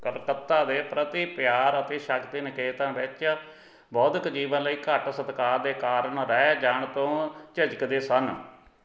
ਕਲਕੱਤਾ ਦੇ ਪ੍ਰਤੀ ਪਿਆਰ ਅਤੇ ਸ਼ਕਤੀ ਨਿਕੇਤਨ ਵਿੱਚ ਬੌਧਿਕ ਜੀਵਨ ਲਈ ਘੱਟ ਸਤਿਕਾਰ ਦੇ ਕਾਰਨ ਰਹਿ ਜਾਣ ਤੋਂ ਝਿਜਕਦੇ ਸਨ